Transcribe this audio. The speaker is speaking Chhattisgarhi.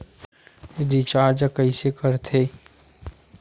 रिचार्ज कइसे कर थे?